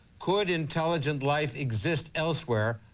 could intelligent life exist elsewhere,